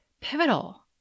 pivotal